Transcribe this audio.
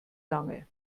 lange